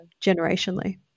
generationally